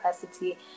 capacity